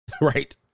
Right